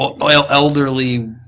elderly